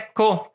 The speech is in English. cool